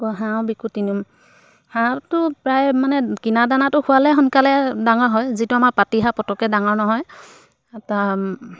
আকৌ হাঁহৰ বিকোঁ তিনিম হাঁহটো প্ৰায় মানে কিনা দানাটো খোৱালে সোনকালে ডাঙৰ হয় যিটো আমাৰ পাতি হাঁহ পতককৈ ডাঙৰ নহয় এটা